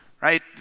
right